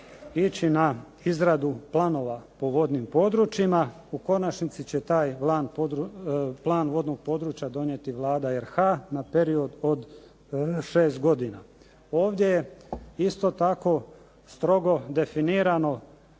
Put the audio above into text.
ići na izradu planova po vodnim područjima. U konačnici će taj plan vodnog područja donijeti Vlada RH na period od 6 godina. Ovdje je isto tako strogo definirano